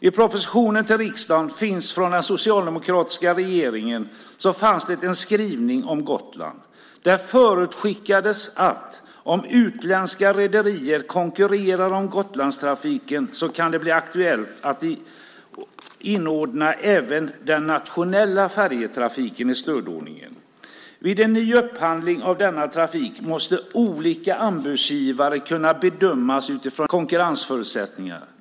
I propositionen till riksdagen från den socialdemokratiska regeringen fanns det en skrivning om Gotland. Där förutskickades att om utländska rederier konkurrerar om Gotlandstrafiken kan det bli aktuellt att inordna även den nationella färjetrafiken i stödordningen. Vid en ny upphandling av denna trafik måste olika anbudsgivare kunna bedömas utifrån likvärdiga konkurrensförutsättningar.